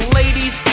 ladies